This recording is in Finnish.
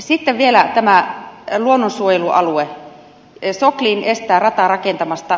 sitten vielä tämä luonnonsuojelualue sokliin estää rataa rakentamasta